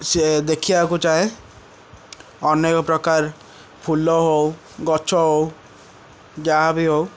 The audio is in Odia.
ସିଏ ଦେଖିବାକୁ ଚାହେଁ ଅନେକ ପ୍ରକାର ଫୁଲ ହଉ ଗଛ ହଉ ଯାହାବି ହଉ